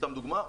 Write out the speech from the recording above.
סתם לדוגמה,